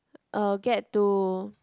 I'll get to